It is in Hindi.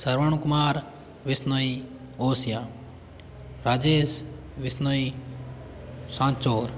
श्रवण कुमार विश्नोई ओसियाँ राजेश बिश्नोई सांचौर